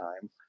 time